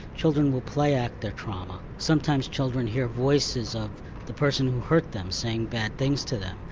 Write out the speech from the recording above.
children will play-act their trauma. sometimes children hear voices of the person who hurt them saying bad things to them.